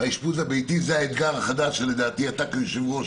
האשפוז הביתי הוא האתגר החדש שלדעתי אתה כיושב ראש